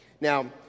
Now